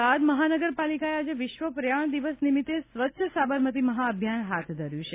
અમદાવાદ મહાનગર પાલિકાએ આજે વિશ્વ પર્યાવરણ દિવસ નિમિત્તે સ્વચ્છ સાબરમતી મહાભિયાન હાથ ધર્યું છે